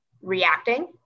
reacting